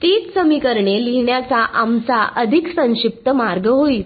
तीच समीकरणे लिहिण्याचा आमचा अधिक संक्षिप्त मार्ग होईल